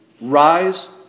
rise